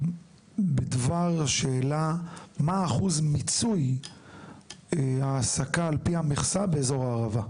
בדבר השאלה מה אחוז מיצוי ההעסקה על פי המכסה באזור הערבה?